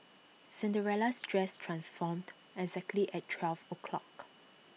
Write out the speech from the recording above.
Cinderella's dress transformed exactly at twelve o'clock